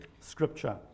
scripture